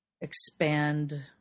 expand